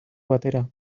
batera